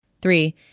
Three